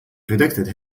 predicted